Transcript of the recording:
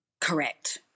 Correct